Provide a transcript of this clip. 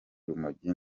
rumogi